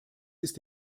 ist